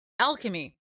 Alchemy